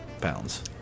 pounds